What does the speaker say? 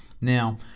Now